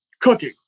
cooking